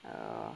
oh